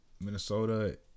Minnesota